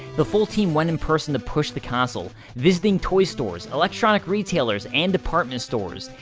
the full team went in person to push the console visiting toy stores, electronic retailers, and department stores.